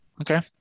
Okay